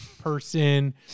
person